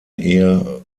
ehe